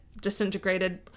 disintegrated